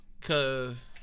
Cause